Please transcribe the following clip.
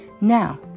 Now